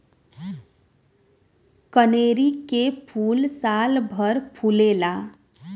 कनेरी के फूल सालभर फुलेला